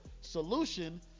solution